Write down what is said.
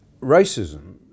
racism